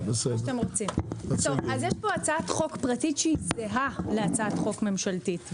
יש פה הצעת חוק פרטית שהיא זהה להצעת החוק הממשלתית.